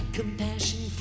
compassion